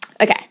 Okay